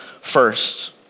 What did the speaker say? first